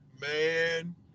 Man